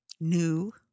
new